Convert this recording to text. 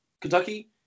Kentucky